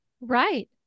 Right